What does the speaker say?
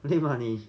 累吗你